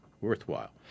worthwhile